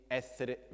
essere